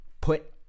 put